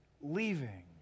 leaving